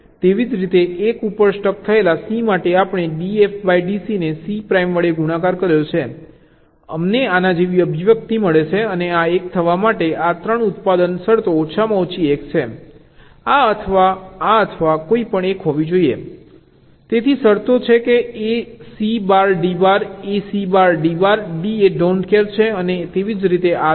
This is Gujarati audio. તેવી જ રીતે 1 ઉપર સ્ટક થયેલા C માટે આપણે dF dC ને C પ્રાઇમ વડે ગુણાકાર કર્યો છે અમને આના જેવી અભિવ્યક્તિ મળે છે અને આ 1 થવા માટે આ ત્રણ ઉત્પાદન શરતો ઓછામાં ઓછી 1 છે આ અથવા આ અથવા આ કોઈપણ 1 હોવી જોઈએ તેથી શરતો છે કે A C bar D bar A C bar D bar D એ ડોન્ટ કેર છે અને તેવી જ રીતે આ છે